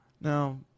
now